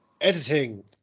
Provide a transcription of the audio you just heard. Editing